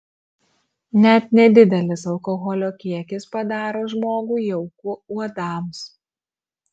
net nedidelis alkoholio kiekis padaro žmogų jauku uodams